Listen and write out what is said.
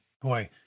Boy